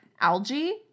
Algae